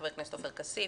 חבר הכנסת עופר כסיף,